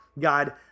God